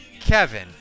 Kevin